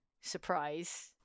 surprise